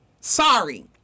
Sorry